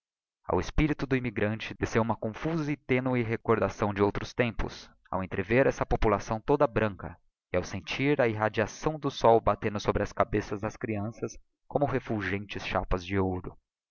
tropical ao espirito do immigrante desceu uma confusa e ténue recordação de outros tempos ao entrever essa população toda branca e ao sentir a irradiação do sol batendo sobre as cabeças das creanças como refulgentes chapas de ouro